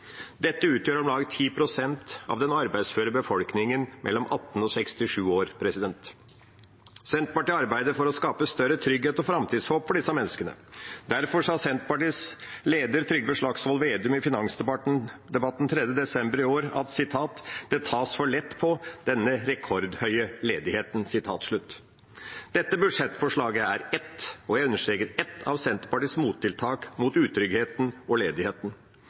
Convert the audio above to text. Dette utgjør om lag 10 pst. av den arbeidsføre befolkningen mellom 18 og 67 år. Senterpartiet arbeider for å skape større trygghet og framtidshåp for disse menneskene. Derfor sa Senterpartiets leder Trygve Slagsvold Vedum i finansdebatten 3. desember i år at det tas for lett på denne rekordhøye ledigheten. Dette budsjettforslaget er ett – og jeg understreker ett – av Senterpartiets mottiltak mot utryggheten og ledigheten.